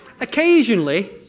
Occasionally